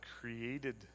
created